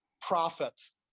profits